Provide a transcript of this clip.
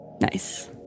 Nice